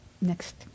next